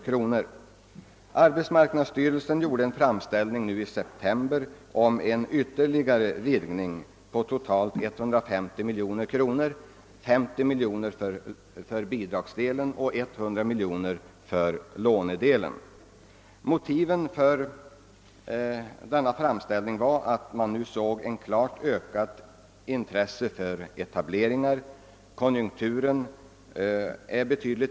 I september i år gjorde arbetsmarknadsstyrelsen en framställning om en ytterligare ökning med totalt 150 miljoner, därav 50 miljoner för bidragsdelen och 100 miljoner för lånedelen. Motivet för denna framställning var att man nu såg ett klart ökat intresse för etableringar. Den bättre konjunkturen har haft sin betydelse.